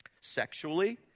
Sexually